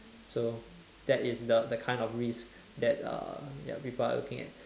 so that is the that kind of risk that uh ya people are looking at